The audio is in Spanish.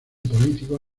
político